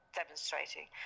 demonstrating